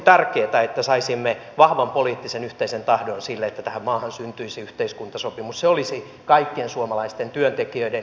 hallitus on toistuvasti sanonut haluavansa panostaa työllistämistoimenpiteiden vaikuttavuuteen mitä minä sinänsä pidän erittäin kannatettavana ja hyvänä linjauksena